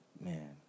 man